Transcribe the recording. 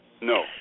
No